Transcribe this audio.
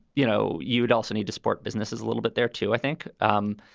you know, you would also need to support businesses a little bit there, too, i think. um